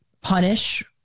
punish